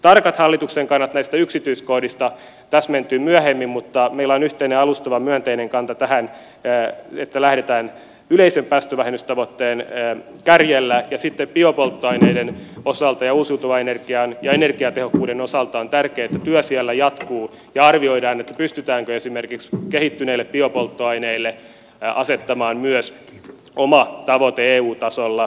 tarkat hallituksen kannat näistä yksityiskohdista täsmentyvät myöhemmin mutta meillä on yhteinen alustava myönteinen kanta tähän että lähdetään yleisen päästövähennystavoitteen kärjellä ja sitten biopolttoaineiden osalta ja uusiutuvan energian ja energiatehokkuuden osalta on tärkeää että työ siellä jatkuu ja arvioidaan pystytäänkö esimerkiksi kehittyneille biopolttoaineille asettamaan myös oma tavoite eu tasolla